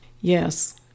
Yes